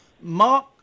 Mark